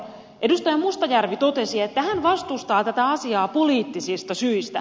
edustaja mustajärvi totesi että hän vastustaa tätä asiaa poliittisista syistä